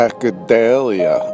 Acadalia